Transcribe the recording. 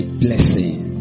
blessing